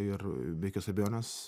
ir be jokios abejonės